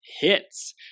hits